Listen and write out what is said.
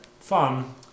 fun